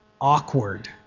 awkward